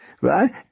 right